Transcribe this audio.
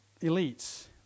elites